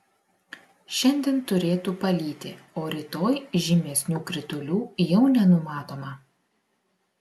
šiandien turėtų palyti o rytoj žymesnių kritulių jau nenumatoma